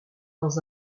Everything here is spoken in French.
dans